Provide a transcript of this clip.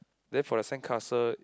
then for the sand castle